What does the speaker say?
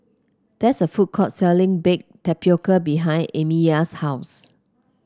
there's a food court selling Baked Tapioca behind Amya's house